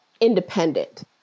independent